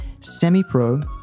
SEMIPRO